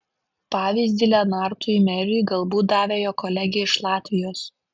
pavyzdį lenartui meriui galbūt davė jo kolegė iš latvijos